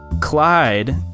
Clyde